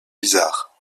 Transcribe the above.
bizarre